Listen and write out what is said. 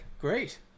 great